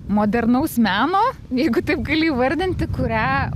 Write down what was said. modernaus meno jeigu taip gali įvardinti kurią